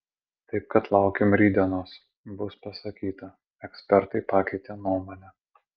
taip kad laukim rytdienos bus pasakyta ekspertai pakeitė nuomonę